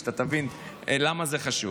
כדי שאתה תבין למה זה חשוב,